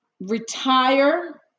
retire